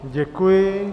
Děkuji.